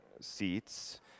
seats